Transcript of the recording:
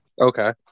Okay